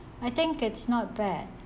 I think it's not bad